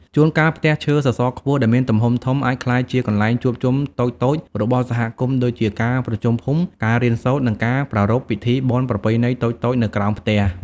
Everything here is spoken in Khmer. ជួនកាលផ្ទះឈើសសរខ្ពស់ដែលមានទំហំធំ អាចក្លាយជា កន្លែងជួបជុំតូចៗរបស់សហគមន៍ ដូចជាការប្រជុំភូមិ ការរៀនសូត្រ ឬការប្រារព្ធពិធីបុណ្យប្រពៃណីតូចៗនៅក្រោមផ្ទះ ។